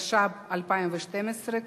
התשע"ב 2012,